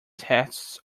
tests